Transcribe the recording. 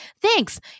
Thanks